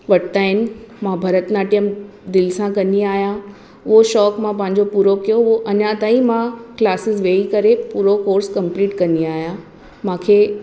वरिता आहिनि मां भरतनाट्यम दिलि सां कंदी आहियां उहो शौंक़ु मां पंहिंजो पूरो कयो अञा ताईं मां क्लासेस वेही करे पूरो कोर्स कंप्लिट कंदी आहियां मूंखे